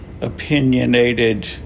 opinionated